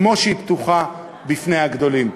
כמו שהיא פתוחה בפני הגדולים.